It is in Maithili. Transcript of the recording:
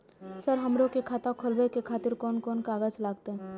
सर हमरो के खाता खोलावे के खातिर कोन कोन कागज लागते?